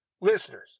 listeners